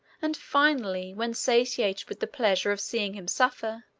and finally, when satiated with the pleasure of seeing him suffer,